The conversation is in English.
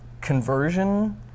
conversion